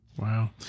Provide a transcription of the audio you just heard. Wow